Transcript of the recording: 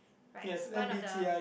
right one of the